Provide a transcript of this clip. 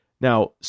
Now